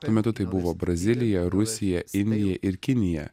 tuo metu tai buvo brazilija rusija indija ir kinija